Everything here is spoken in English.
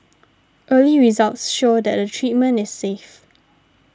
early results show that the treatment is safe